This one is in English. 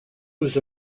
was